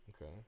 Okay